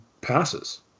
passes